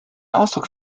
ausdruck